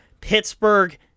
Pittsburgh